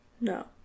No